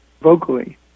vocally